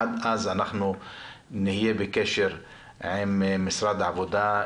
עד אז אנחנו נהיה בקשר עם משרד העבודה,